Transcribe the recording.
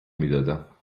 میدادم